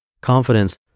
Confidence